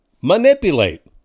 manipulate